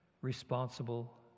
responsible